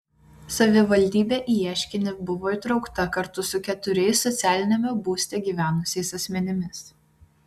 savivaldybė į ieškinį buvo įtraukta kartu su keturiais socialiniame būste gyvenusiais asmenimis